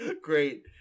Great